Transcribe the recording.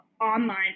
online